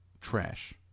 Trash